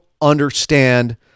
understand